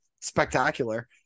spectacular